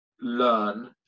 learn